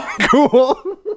cool